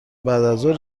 بعدازظهر